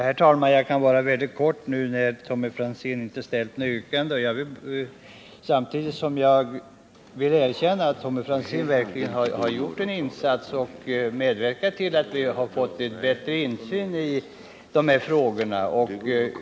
Herr talman! Jag skall fatta mig mycket kort. Tommy Franzén ställde inte något yrkande. Jag vill dock framhålla att Tommy Franzén verkligen gjort en insats och medverkat till att vi fått bättre insyn i dessa förhållanden.